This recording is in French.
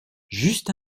juste